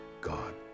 God